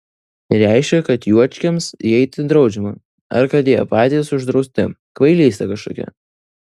reiškia kad juočkiams įeiti draudžiama ar kad jie patys uždrausti kvailystė kažkokia